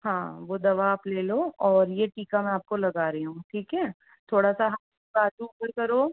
हाँ वो दवा आप ले लो और ये टीका मैं आपको लगा रही हूँ ठीक है थोड़ा सा बाज़ू ऊपर करो